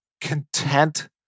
content